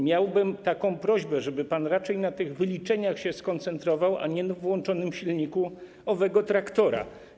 Miałbym taką prośbę, żeby pan raczej na tych wyliczeniach się skoncentrował, a nie na włączonym silniku owego traktora.